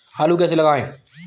आलू कैसे लगाएँ?